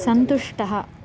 सन्तुष्टः